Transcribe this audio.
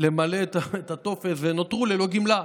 למלא את הטופס ונותרו ללא גמלה.